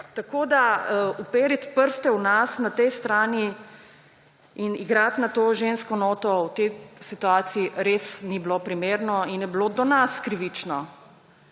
naprej. Uperiti prste v nas na tej strani in igrati na to žensko noto v tej situaciji res ni bilo primerno in je bilo do nas krivično.